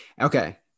okay